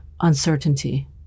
uncertainty